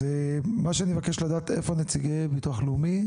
אני מבקש לדעת איפה נציגי ביטוח לאומי?